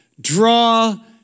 Draw